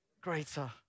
greater